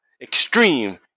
extreme